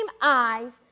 eyes